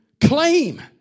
claim